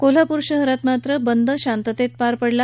कोल्हापूर शहरात मात्र बंद शांततेत पार पडला